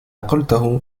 قلته